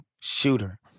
shooter